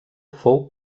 fou